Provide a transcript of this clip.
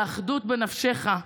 האחדות בנפשך.